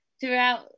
throughout